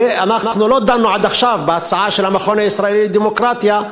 ואנחנו לא דנו עד עכשיו בהצעה של המכון הישראלי לדמוקרטיה,